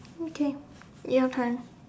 okay your turn